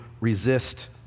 resist